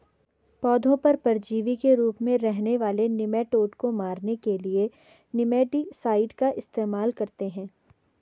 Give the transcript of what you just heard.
पौधों पर परजीवी के रूप में रहने वाले निमैटोड को मारने के लिए निमैटीसाइड का इस्तेमाल करते हैं